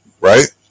right